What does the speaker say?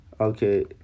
Okay